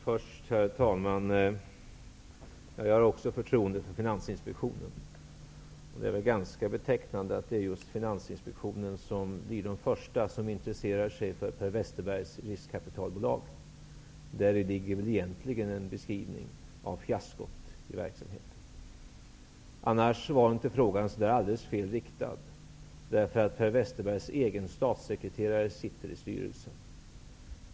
Herr talman! Jag har också förtroende för Finansinspektionen. Det är ganska betecknande att det just är Finansinspektionen som blir den första som intresserar sig för Per Westerbergs riskkapitalbolag. Däri ligger egentligen en beskrivning av fiaskot i verksamheten. Annars var inte frågan alldeles felriktad därför att Per Westerbergs egen statssekreterare sitter i styrelsen.